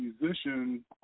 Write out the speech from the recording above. musician